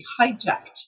hijacked